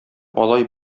алай